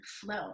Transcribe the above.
flow